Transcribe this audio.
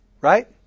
Right